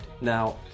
Now